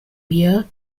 beer